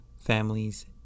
families